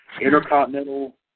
Intercontinental